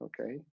okay